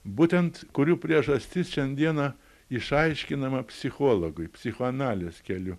būtent kurių priežastis šiandieną išaiškinama psichologui psichoanalės keliu